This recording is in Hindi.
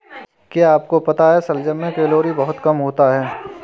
क्या आपको पता है शलजम में कैलोरी बहुत कम होता है?